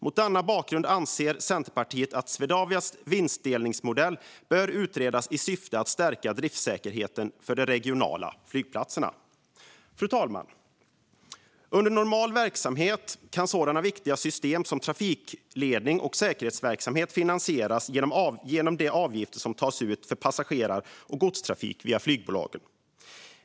Mot denna bakgrund anser Centerpartiet att Swedavias vinstdelningsmodell bör utredas, i syfte att stärka driftssäkerheten för de regionala flygplatserna. Fru talman! Under normal verksamhet kan viktiga system som flygtrafikledning och säkerhetsverksamhet finansieras genom de avgifter som tas ut för passagerar och godstrafik via flygbolagen.